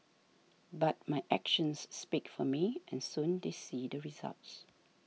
but my actions speak for me and soon they see the results